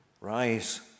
Rise